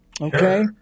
okay